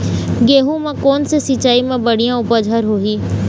गेहूं म कोन से सिचाई म बड़िया उपज हर होही?